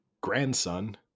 grandson